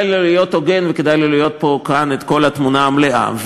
לו להיות הוגן וכדאי לו לראות את התמונה המלאה.